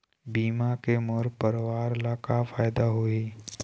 बीमा के मोर परवार ला का फायदा होही?